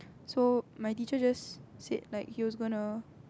so my teacher just said like he was gonna